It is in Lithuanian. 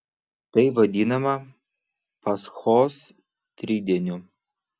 tai vadinama paschos tridieniu